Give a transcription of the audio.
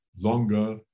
longer